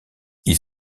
ils